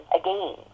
again